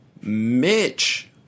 Mitch